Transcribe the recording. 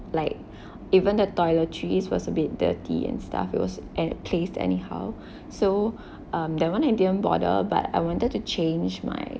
like even the toiletries was a bit dirty and stuff it was at place anyhow so um that one I didn't bother but I wanted to change my